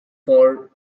for